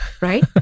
right